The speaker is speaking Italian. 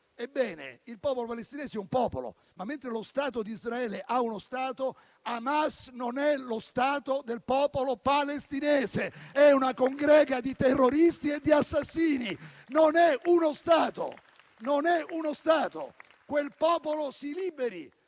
Il popolo palestinese è un popolo. Ma, mentre lo Stato di Israele ha uno Stato, Hamas non è lo Stato del popolo palestinese. È una congrega di terroristi e assassini. Non è uno Stato! Non è uno Stato! Quel popolo si liberi